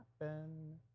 happen